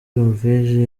norvege